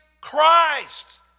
Christ